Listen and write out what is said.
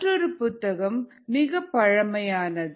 மற்றொரு புத்தகம் மிகப்பழமையானது